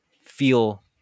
feel